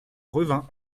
revin